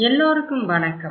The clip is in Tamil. எல்லோருக்கும் வணக்கம்